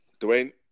Dwayne